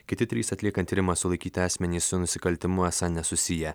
kiti trys atliekant tyrimą sulaikyti asmenys su nusikaltimu esą nesusiję